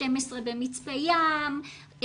12 ב'מצפה ים',